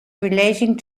relating